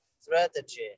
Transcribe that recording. strategy